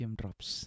drops